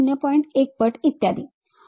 1 पट इत्यादी